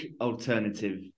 alternative